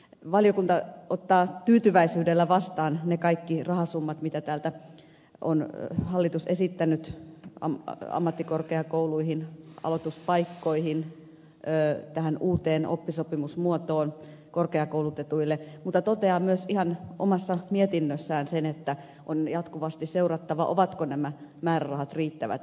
valiokunta ottaa tyytyväisyydellä vastaan ne kaikki rahasummat mitä hallitus on täältä esittänyt ammattikorkeakouluihin aloituspaikkoihin tähän uuteen oppisopimusmuotoon korkeakoulutetuille mutta toteaa myös ihan omassa mietinnössään sen että on jatkuvasti seurattava ovatko nämä määrärahat riittävät